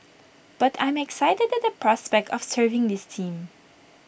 but I'm excited at the prospect of serving this team